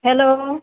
hello